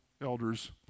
elders